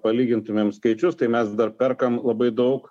palygintumėm skaičius tai mes dar perkam labai daug